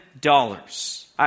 dollars